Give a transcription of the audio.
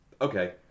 okay